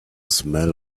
smell